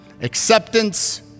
acceptance